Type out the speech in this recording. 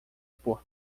por